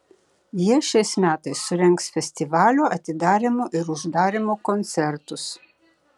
jie šiais metais surengs festivalio atidarymo ir uždarymo koncertus